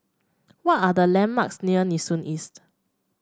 what are the landmarks near Nee Soon East